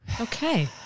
Okay